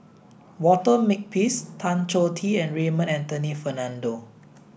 Walter Makepeace Tan Choh Tee and Raymond Anthony Fernando